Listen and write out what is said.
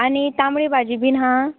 आनी तांबडी भाजी बीन हा